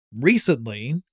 recently